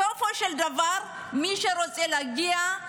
בסופו של דבר מי שרוצה להגיע,